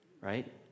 right